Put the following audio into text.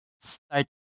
start